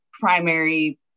primary